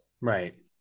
Right